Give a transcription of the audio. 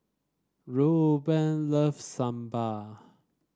Rueben loves Sambar